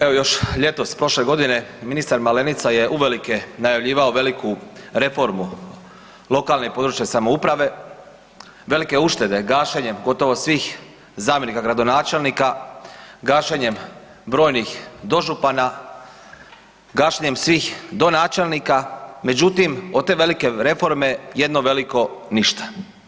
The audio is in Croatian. Evo još ljetos prošle godine ministar Malenica je uvelike najavljivao veliku reformu lokalne i područne samouprave, velike uštede gašenjem gotovo svih zamjenika gradonačelnika, gašenjem brojnih dožupana, gašenjem svih donačelnika, međutim od te velike reforme jedno veliko ništa.